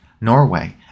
Norway